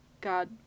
god